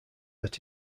that